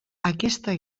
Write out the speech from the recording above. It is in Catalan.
aquesta